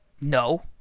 No